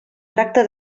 tracte